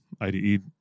IDE